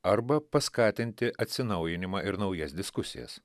arba paskatinti atsinaujinimą ir naujas diskusijas